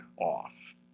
off